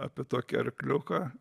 apie tokį arkliuką